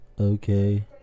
Okay